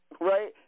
right